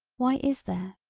why is there.